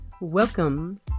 welcome